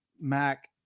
Mac